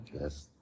Yes